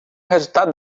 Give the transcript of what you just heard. resultado